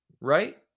Right